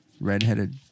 redheaded